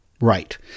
right